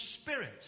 spirit